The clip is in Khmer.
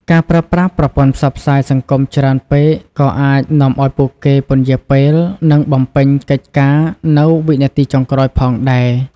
ការប្រើប្រាស់ប្រព័ន្ធផ្សព្វផ្សាយសង្គមច្រើនពេកក៏អាចនាំឱ្យពួកគេ ពន្យារពេល និងបំពេញកិច្ចការនៅវិនាទីចុងក្រោយផងដែរ។